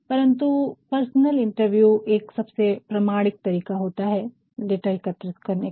परन्तु personal interview एक सबसे प्रामाणिक तरीका होता है डाटा एकत्रित करने का